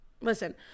Listen